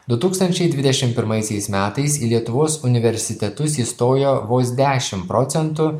du tūkstančiai dvidešim pirmaisiais metais į lietuvos universitetus įstojo vos dešim procentų